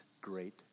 great